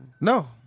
No